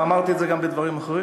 ואמרתי את זה גם לגבי דברים אחרים,